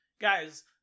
Guys